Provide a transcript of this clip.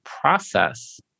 process